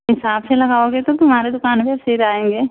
हिसाब से लगाओगे तो तुम्हारे दुकान में फिर आएँगे